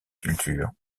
culture